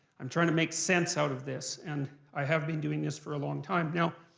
i'm trying to make sense out of this. and i have been doing this for a long time. now,